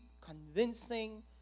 convincing